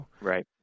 Right